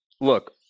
Look